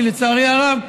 כי לצערי הרב,